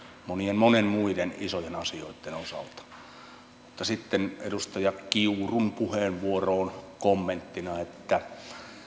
monien muiden isojen asioitten osalta sitten edustaja kiurun puheenvuoroon kommenttina että